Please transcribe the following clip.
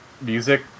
music